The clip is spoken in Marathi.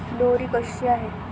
लोहरी कधी आहे?